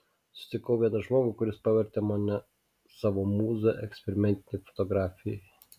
sutikau vieną žmogų kuris pavertė mane savo mūza eksperimentinei fotografijai